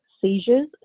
seizures